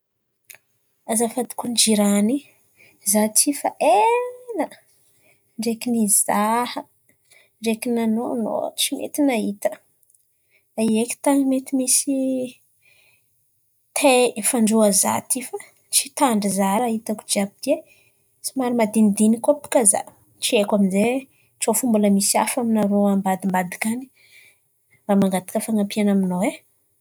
Azafady kony jirany, izaho efa ela ndraiky nizàha ndraiky nanaonao tsy nety nahita. Aia eky tany mety misy tailly fanjoa izaho ity fa tsy tandry izaho ràha hitako jiàby ity e. Somary madinidiniky koà bôkà izaho, tsy haiko amin'izay tsao mbola fo mbola misy hafa aminarô ambadimbadika any mba mangataka fan̈ampiana aminao e.